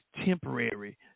temporary